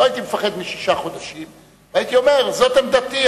לא הייתי מפחד משישה חודשים והייתי אומר שזאת עמדתי,